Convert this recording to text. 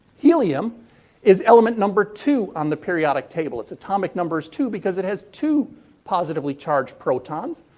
helium is element number two on the periodic table. its atomic number is two because it has two positively charged protons.